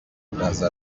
ndaza